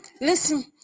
listen